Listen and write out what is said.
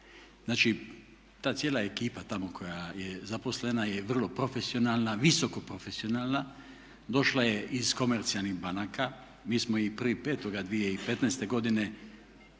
Znači, ta cijela ekipa tamo koja je zaposlena je vrlo profesionalna, visoko profesionalna, došla je iz komercijalnih banaka. Mi smo i 1.5.2015. godine